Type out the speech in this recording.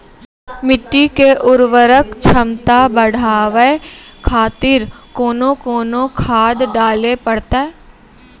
मिट्टी के उर्वरक छमता बढबय खातिर कोंन कोंन खाद डाले परतै?